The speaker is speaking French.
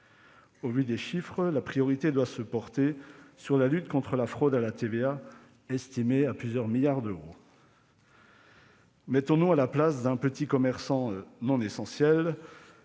Au vu des chiffres, la priorité doit se porter sur la lutte contre la fraude à la TVA, estimée à plusieurs milliards d'euros. Mettons-nous à la place d'un petit commerçant « non essentiel